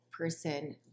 person